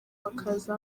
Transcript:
bakaza